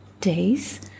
days